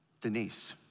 Denise